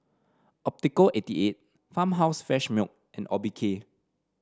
Optical eighty eight Farmhouse Fresh Milk and Obike